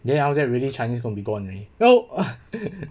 then after that really chinese going to be gone already !whoa!